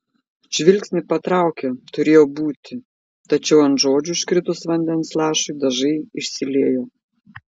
žvilgsnį patraukė turėjo būti tačiau ant žodžių užkritus vandens lašui dažai išsiliejo